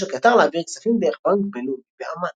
של קטאר להעביר כספים דרך בנק בינלאומי בעמאן.